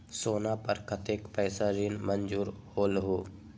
सोना पर कतेक पैसा ऋण मंजूर होलहु?